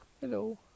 Hello